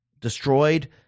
destroyed